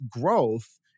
growth